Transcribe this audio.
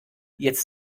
jetzt